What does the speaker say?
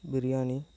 biriyani